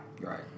Right